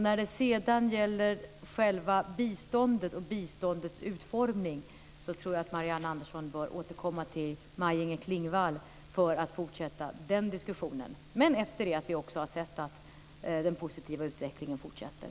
När det sedan gäller själva biståndet och biståndets utformning tror jag att Marianne Andersson bör återkomma till Maj-Inger Klingvall för att fortsätta den diskussionen efter det att vi har sett att den positiva utvecklingen fortsätter.